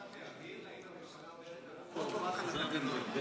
אדוני, האם הממשלה עוברת על החוק או רק על התקנון?